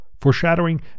foreshadowing